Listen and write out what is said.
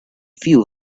few